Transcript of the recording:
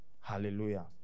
hallelujah